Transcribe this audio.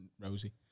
Rosie